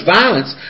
violence